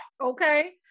Okay